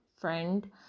friend